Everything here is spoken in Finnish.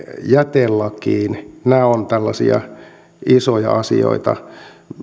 jätelakiin tällaisia isoja asioita